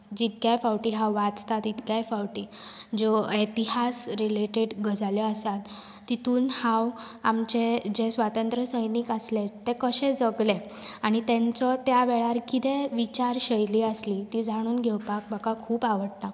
जितक्याय फावटी हांव वाचतां तितकेय फावटी ज्यो इतिहास रिलेटीड गजाली आसात तितून हांव आमचे जे स्वातंत्र सैनीक आसले ते कशे जगले आनी तांचो त्या वेळार विचार कितें शैली आसली ती जाणून घेवपाक म्हाका खूब आवडटा